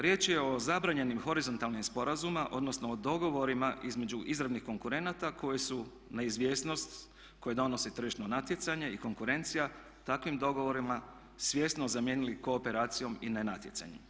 Riječ je o zabranjenim horizontalnim sporazumima odnosno o dogovorima između izravnih konkurenata koji su neizvjesnost koju donosi tržišno natjecanje i konkurencija takvim dogovorima svjesno zamijenili kooperacijom i nenatjecanjem.